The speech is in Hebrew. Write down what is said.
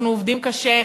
אנחנו עובדים קשה,